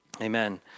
Amen